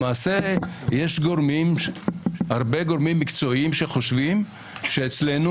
למעשה יש הרבה גורמים מקצועיים שחושבים שאצלנו